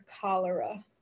cholera